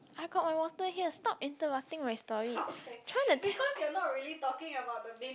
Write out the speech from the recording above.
I got my water here stop interrupting my story trying to think